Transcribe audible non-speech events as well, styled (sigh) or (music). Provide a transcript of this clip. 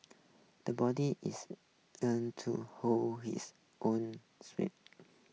the boby is (unintelligible) to hold his own (unintelligible)